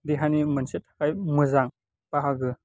देहानि मोनसे फ्राइ मोजां बाहागो